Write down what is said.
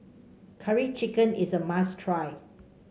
Curry Chicken is a must try